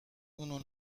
اونو